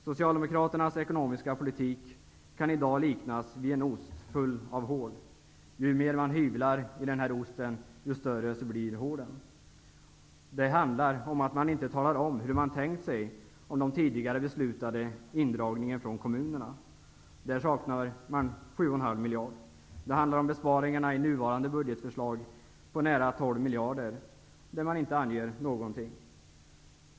Socialdemokraternas ekonomiska politik kan i dag liknas vid en ost full av hål. Ju mer man hyvlar i osten, desto större blir hålen. Det handlar om att inte tala om hur man tänkt sig att det skall bli med de tidigare beslutade indragningarna från kommunerna. Där saknas 7,5 miljarder. Det handlar om besparingarna i nuvarande budgetförslag på nära 12 miljarder, där man inte anger någonting.